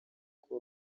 uko